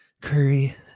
Curry